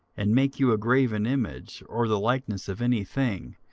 and make you a graven image, or the likeness of any thing,